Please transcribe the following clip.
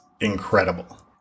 incredible